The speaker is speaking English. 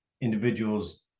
individuals